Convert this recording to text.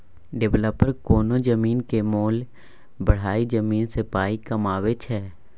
developer कोनो जमीनक मोल बढ़ाए जमीन सँ पाइ कमाबै छै